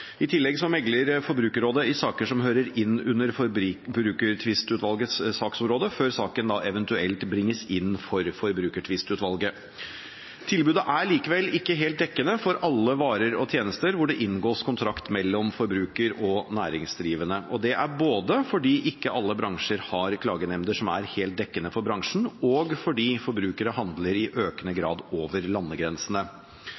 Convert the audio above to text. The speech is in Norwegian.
I tillegg mekler Forbrukerrådet i saker som hører inn under Forbrukertvistutvalgets saksområde, før saken eventuelt bringes inn for Forbrukertvistutvalget. Tilbudet er likevel ikke helt dekkende for alle varer og tjenester hvor det inngås kontrakt mellom forbruker og næringsdrivende, og det er både fordi ikke alle bransjer har klagenemnder som er helt dekkende for bransjen, og fordi forbrukere i økende